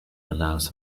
allows